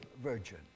virgin